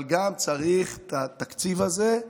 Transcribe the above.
אבל גם צריך את התקציב הזה,